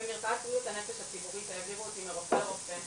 במרפאת בריאות הנפש הציבורית העבירו אותי מרופא לרופא,